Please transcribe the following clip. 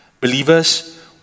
Believers